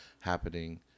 happening